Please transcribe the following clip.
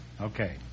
Okay